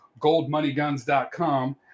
goldmoneyguns.com